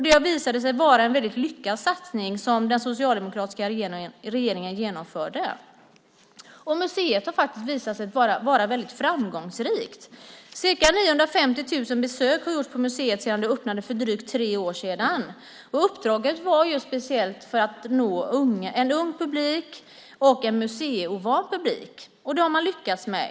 Det visade sig vara en lyckad satsning som den socialdemokratiska regeringen genomförde. Museet har faktiskt visat sig vara väldigt framgångsrikt. Ca 950 000 besök har gjorts på museet sedan det öppnades för drygt tre år sedan. Uppdraget var att speciellt nå en ung publik och en museiovan publik. Det har man lyckats med.